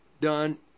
done